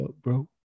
bro